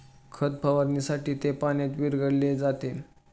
खत फवारणीसाठी ते पाण्यात विरघळविले जाते